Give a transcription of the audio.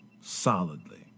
solidly